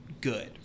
good